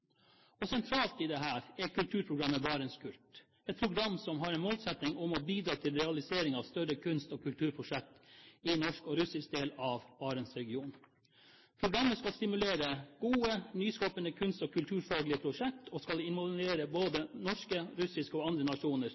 kultur. Sentralt i dette er kulturprogrammet BarentsKult, et program som har en målsetting om å bidra til realisering av større kunst- og kulturprosjekter i norsk og russisk del av Barentsregionen. Programmet skal stimulere gode, nyskapende kunst- og kulturfaglige prosjekt og skal involvere både norske, russiske og andre